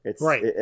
Right